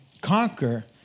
conquer